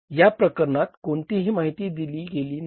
या प्रकरणात कोणती माहिती दिली गेली आहे